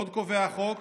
עוד קובע החוק